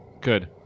Good